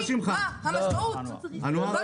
יש